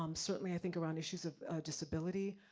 um certainly, i think around issues of disability.